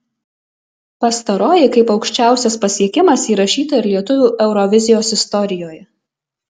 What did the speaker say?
pastaroji kaip aukščiausias pasiekimas įrašyta ir lietuvių eurovizijos istorijoje